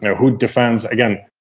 who defends? again,